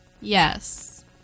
yes